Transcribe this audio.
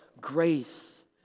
grace